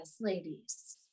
ladies